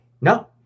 No